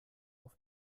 auf